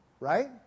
Right